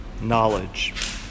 knowledge